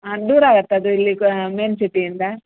ಹಾಂ ದೂರ ಆಗುತ್ತಾ ಅದು ಇಲ್ಲಿ ಕ ಮೇನ್ ಸಿಟಿಯಿಂದ